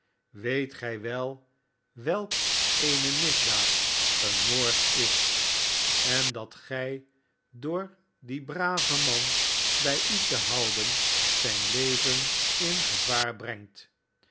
weet grj wel welk eene misdaad een moord is en dat gij door dien braven man bij u te houden zijn l even in gevaar brengtf